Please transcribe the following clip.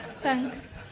Thanks